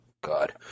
God